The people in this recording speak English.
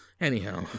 Anyhow